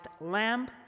lamb